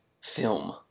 Film